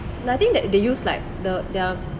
no I think that they use like the the